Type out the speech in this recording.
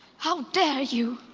how dare you.